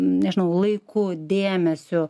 nežinau laiku dėmesiu